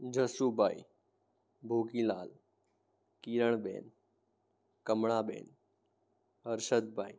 Jashubhai Bhogilal Kiranben Kamlaben Harshadbhai